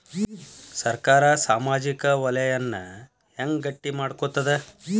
ಸರ್ಕಾರಾ ಸಾಮಾಜಿಕ ವಲಯನ್ನ ಹೆಂಗ್ ಗಟ್ಟಿ ಮಾಡ್ಕೋತದ?